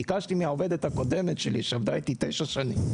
ביקשתי מהעובדת הקודמת שלי שעבדה איתי תשע שנים.